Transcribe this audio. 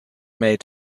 made